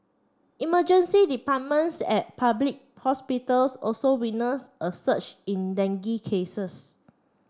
emergency departments at public hospitals also witness a surge in dengue cases